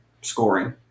scoring